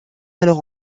alors